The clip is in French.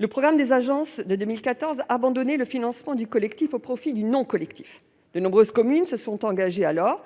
Le programme des agences de 2014 abandonnait le financement du collectif au profit du non-collectif. De nombreuses communes ont alors